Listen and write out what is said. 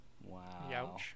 wow